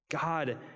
God